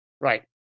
Right